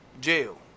jail